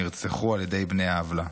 נרצחו על ידי בני עוולה.